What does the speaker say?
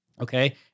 okay